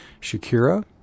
Shakira